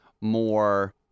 more